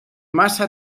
massa